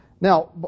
Now